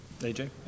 AJ